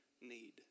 need